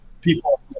people